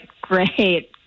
great